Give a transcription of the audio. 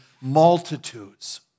multitudes